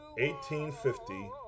1850